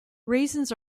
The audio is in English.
raisins